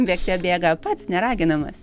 bėgte bėga pats neraginamas